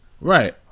Right